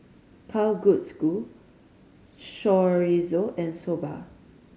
Kalguksu Chorizo and Soba